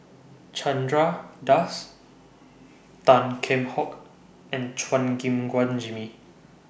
Chandra Das Tan Kheam Hock and Chua Gim Guan Jimmy